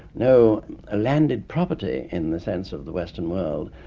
no ah landed property in the sense of the western world.